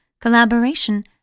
collaboration